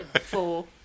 Four